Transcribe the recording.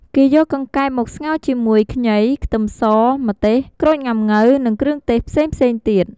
គេយកកង្កែបមកស្ងោរជាមួយ ខ្ញី ខ្ទឹមស ម្ទេស ក្រូចងាំងូវ និងគ្រឿងទេសផ្សេងៗទៀត។